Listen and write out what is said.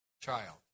child